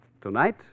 Tonight